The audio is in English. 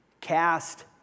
Cast